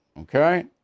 okay